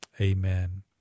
Amen